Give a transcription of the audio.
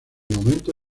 momento